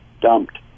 dumped